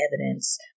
evidence